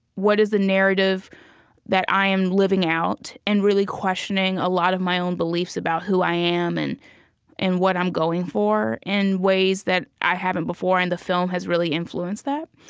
what is the narrative that i am living out? and really questioning a lot of my own beliefs about who i am and and what i'm going for in ways that i haven't before, and the film has really influenced that.